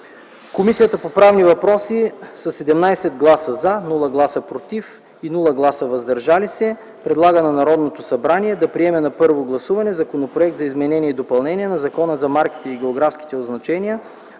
Комисията по правни въпроси със 17 гласа „за”, без „против” и „въздържали се”, предлага на Народното събрание да приеме на първо гласуване Законопроект за изменение и допълнение на Закона за марките и географските означения,